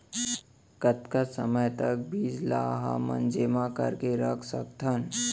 कतका समय तक बीज ला हमन जेमा करके रख सकथन?